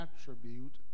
attribute